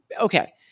okay